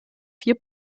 vier